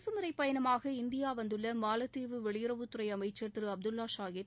அரசுமுறை பயணமாக இந்தியா வந்துள்ள மாலத்தீவு வெளியுறவுத்துறை அமைச்சர் திரு அப்துல்லா ஷாகித்